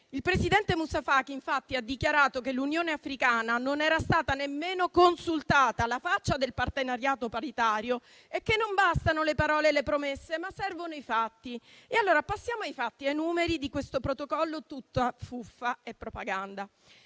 Il presidente Moussa Faki, infatti, ha dichiarato che l'Unione africana non era stata nemmeno consultata: alla faccia del partenariato paritario! E ha proseguito che non bastano le parole e le promesse, ma servono i fatti. Passiamo ai fatti, ai numeri di questo Protocollo tutto fuffa e propaganda: